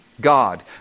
God